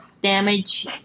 damage